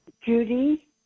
Judy